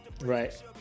Right